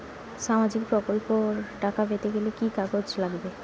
সামাজিক প্রকল্পর টাকা পেতে গেলে কি কি কাগজ লাগবে?